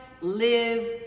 live